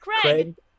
Craig